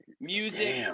music